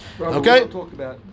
Okay